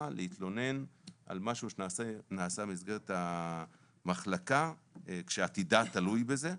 להתלונן על משהו שנעשה במסגרת המחלקה כאשר עתידה תלוי בזה,